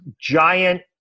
giant